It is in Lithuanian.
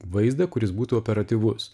vaizdą kuris būtų operatyvus